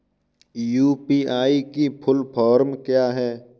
UPI की full form क्या है?